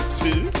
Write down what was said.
two